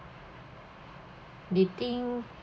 they think